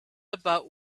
about